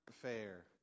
fair